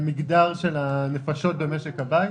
למגדר של הנפשות במשק הבית,